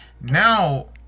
Now